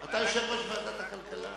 אתה יושב-ראש ועדת הכלכלה.